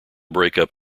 breakup